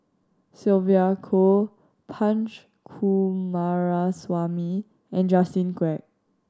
Sylvia Kho Punch Coomaraswamy and Justin Quek